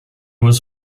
was